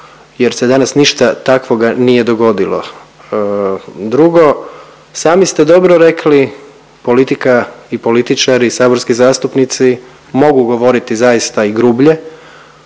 jer se danas ništa takvoga nije dogodilo. Drugo, sami ste dobro rekli politika i političari, saborski zastupnici mogu govoriti zaista i grublje